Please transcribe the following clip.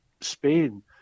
Spain